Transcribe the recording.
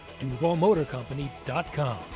DuvalMotorCompany.com